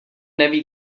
neví